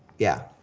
yeah.